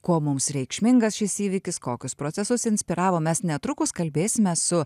kuo mums reikšmingas šis įvykis kokius procesus inspiravo mes netrukus kalbėsimės su